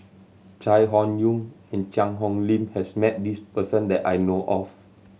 Chai Hon Yoong and Cheang Hong Lim has met this person that I know of